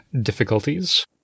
difficulties